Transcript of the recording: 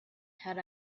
had